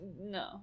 No